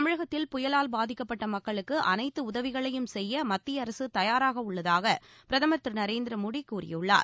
தமிழகத்தில் புயலால் பாதிக்கப்பட்ட மக்களுக்கு அனைத்து உதவிகளையும் செய்ய மத்திய அரசு தயாராக உள்ளதாக பிரதமர் திரு நரேந்திர மோடி கூறியுள்ளார்